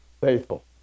faithful